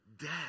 dead